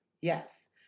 Yes